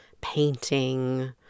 painting